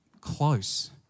close